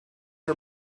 her